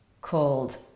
called